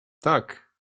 tak